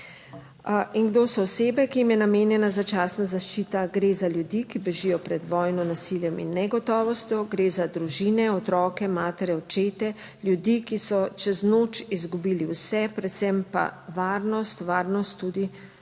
In kdo so osebe, ki jim je namenjena začasna zaščita? Gre za ljudi, ki bežijo pred vojno, nasiljem in negotovostjo. Gre za družine, otroke, matere, očete, ljudi, ki so čez noč izgubili vse, predvsem pa varnost, varnost tudi za